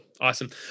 awesome